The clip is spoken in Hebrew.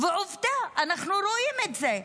עובדה, אנחנו רואים את זה.